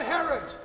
Herod